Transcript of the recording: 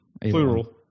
plural